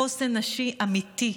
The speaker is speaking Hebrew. לחוסן נשי אמיתי,